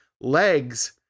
legs